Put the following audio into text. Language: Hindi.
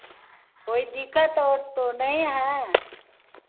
कोई दिक्कत वो तो नहीं है